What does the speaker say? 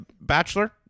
bachelor